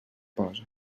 posa